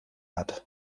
hat